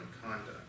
conduct